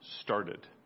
started